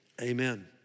amen